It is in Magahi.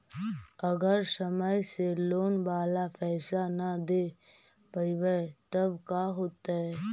अगर समय से लोन बाला पैसा न दे पईबै तब का होतै?